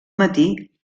matí